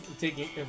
taking